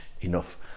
enough